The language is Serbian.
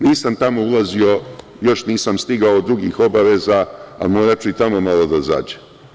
Nisam tamo ulazio, još nisam stigao od drugih obaveza, a moraću i tamo malo da zađem.